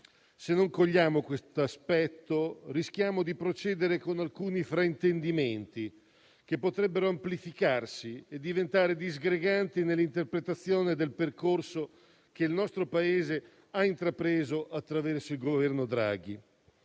Se non cogliamo questo aspetto, rischiamo di procedere con alcuni fraintendimenti, che potrebbero amplificarsi e diventare disgreganti nell'interpretazione del percorso che il nostro Paese ha intrapreso, attraverso il Governo Draghi.